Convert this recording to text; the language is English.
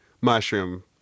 mushroom